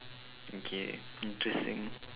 okay interesting